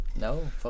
No